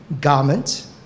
garment